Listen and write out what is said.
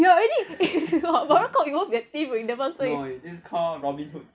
you are already a thief what moral code you won't be thief if you never steal